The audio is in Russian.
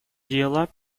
дело